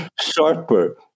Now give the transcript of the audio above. sharper